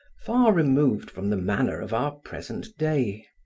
far removed from the manner of our present day.